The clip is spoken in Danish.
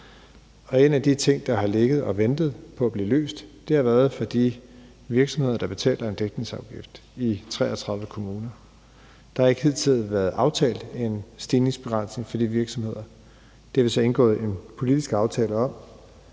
En af de ting, der har ligget og ventet på at blive løst, har været sagen for de virksomheder, der i 33 kommuner betaler en dækningsafgift. Der har ikke hidtil været aftalt en stigningsbegrænsning for de virksomheder. Det har vi så indgået et politisk aftale om